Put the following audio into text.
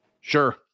Sure